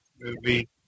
movie